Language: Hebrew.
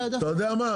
אתה יודע מה?